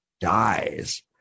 dies